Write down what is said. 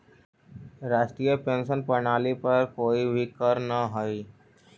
राष्ट्रीय पेंशन प्रणाली पर कोई भी करऽ न हई